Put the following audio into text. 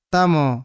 Tamo